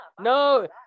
No